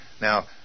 Now